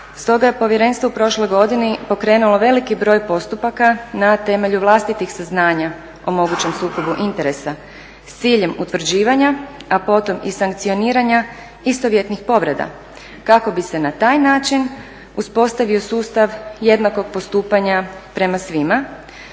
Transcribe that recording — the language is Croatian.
Stoga je povjerenstvo u prošloj godini pokrenulo veliki broj postupaka na temelju vlastitih saznanja o mogućem sukobu interesa s ciljem utvrđivanja, a potom i sankcioniranja istovjetnih povreda kako bi se na taj način uspostavio sustav jednakog postupanja prema svima